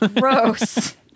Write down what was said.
Gross